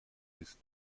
ist